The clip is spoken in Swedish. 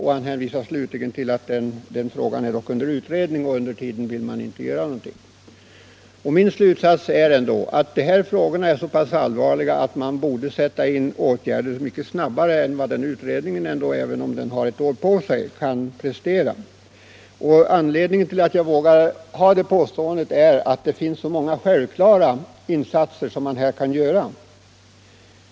Han påpekar dock att frågan är under utredning och säger att man under tiden inte vill göra någonting utöver vad som nu redan är i gång. Min uppfattning är dock att dessa frågor är så allvarliga och angelägna att åtgärder bör vidtas nu utan att man avvaktar vad utredningen kan prestera. Det finns så många självklara insatser som kan göras.